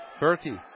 Berkey